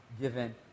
given